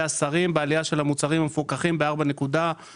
השרים בעלייה של המוצרים המפוקחים ב-4.9%.